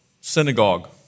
synagogue